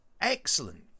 excellent